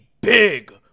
big